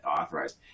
authorized